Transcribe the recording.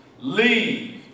leave